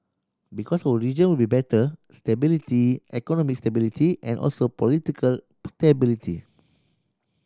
because our region will better stability economic stability and also political stability